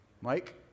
Mike